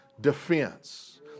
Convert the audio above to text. defense